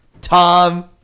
tom